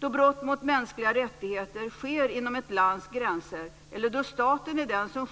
Då brott mot mänskliga rättigheter sker inom ett lands gränser eller då staten själv är den som